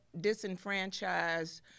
disenfranchised